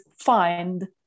find